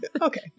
okay